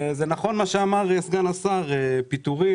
זה נכון מה שאמר סגן השר - פיטורים